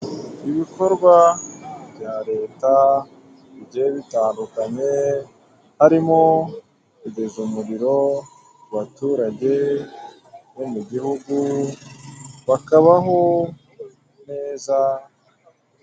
Ibikorwa bya leta bigiye bitandukanye harimo kugeza umuriro baturage bo mu gihugu bakabaho neza.